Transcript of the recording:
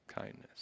Kindness